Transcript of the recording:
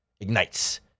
Ignites